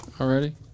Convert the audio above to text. Already